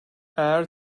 eğer